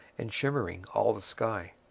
and shimmering all the sky.